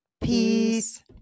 Peace